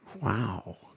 Wow